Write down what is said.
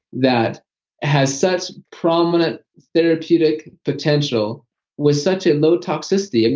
that has such prominent therapeutic potential with such a low toxicity. and